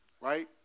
right